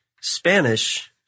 Spanish